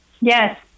Yes